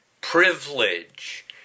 privilege